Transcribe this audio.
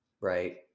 right